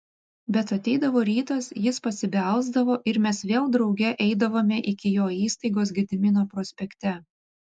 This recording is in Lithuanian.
bet ateidavo rytas jis pasibelsdavo ir mes vėl drauge eidavome iki jo įstaigos gedimino prospekte